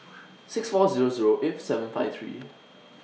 six four Zero Zero eight seven five three